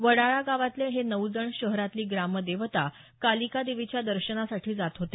वडाळा गावातले हे नऊ जण शहरातली ग्रामदेवता कालिका देवीच्या दर्शनासाठी जात होते